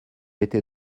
étais